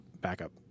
backup